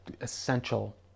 essential